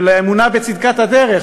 של האמונה בצדקת הדרך,